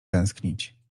tęsknić